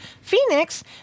Phoenix